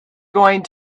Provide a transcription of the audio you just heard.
going